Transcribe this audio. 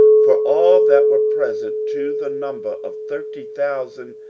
for all that were present, to the number of thirty thousand,